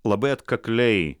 labai atkakliai